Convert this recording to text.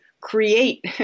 create